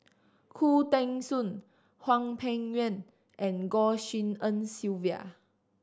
Khoo Teng Soon Hwang Peng Yuan and Goh Tshin En Sylvia